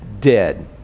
dead